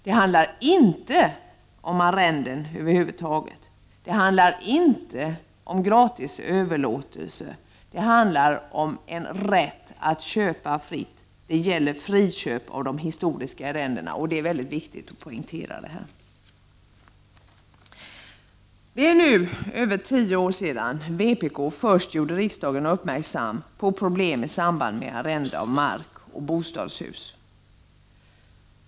Det handlar inte om arrenden över huvud taget, det handlar inte om gratis överlåtelse utan om en rätt till friköp av historiska arrenden. Det är viktigt att poängtera detta. Det är nu mer än tio år sedan vpk först gjorde riksdagen uppmärksam på problem i samband med arrenden av mark och bostadshus.